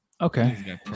Okay